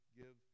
give